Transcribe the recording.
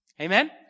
Amen